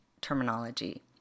terminology